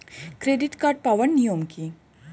Credit card পাওয়ার নিয়ম কী?